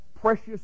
precious